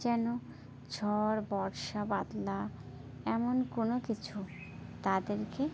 যেন ঝড় বর্ষা বাদলা এমন কোনো কিছু তাদেরকে